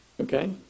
Okay